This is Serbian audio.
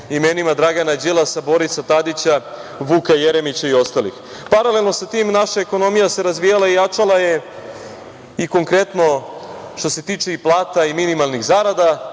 imenima Dragana Đilasa, Borisa Tadića, Vuka Jeremića i ostalih. Paralelno sa tim, naša ekonomija se razvijala i jačala je i konkretno što se tiče plata i minimalnih zarada,